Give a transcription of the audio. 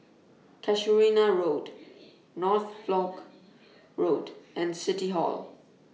Casuarina Road Norfolk Road and City Hall